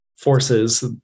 forces